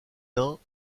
nains